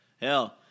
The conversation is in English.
Hell